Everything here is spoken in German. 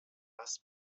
was